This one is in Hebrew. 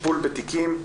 טיפול בתיקים,